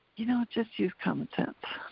you know, just use common sense.